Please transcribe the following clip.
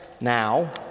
now